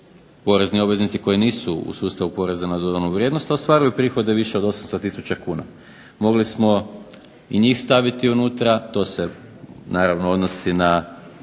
Postoje i obveznici koji nisu u sustavu poreza na dodanu vrijednost, a ostvaruju prihode više od 800000 kuna. Mogli smo i njih staviti unutra. To se naravno odnosi na